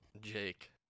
Jake